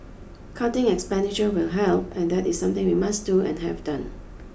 cutting expenditure will help and that is something we must do and have done